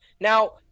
now